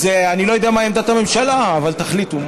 אני לא יודע מה עמדת הממשלה, אבל תחליטו.